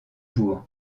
bourg